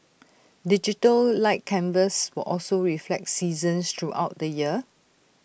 digital light canvas will also reflect seasons throughout the year